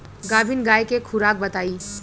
गाभिन गाय के खुराक बताई?